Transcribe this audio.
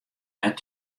net